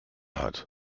hat